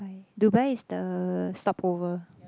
Dubai is the stopover